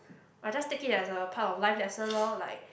I just take it as a part of life lesson lor like